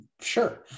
Sure